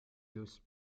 loose